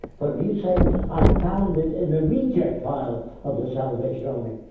but if you say i found it in the reject pile of the salvation army.